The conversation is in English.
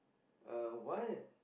uh what